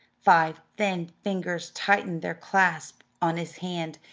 five thin fingers tightened their clasp on his hand,